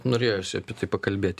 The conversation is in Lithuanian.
norėjosi apie tai pakalbėt